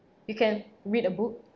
you can read a book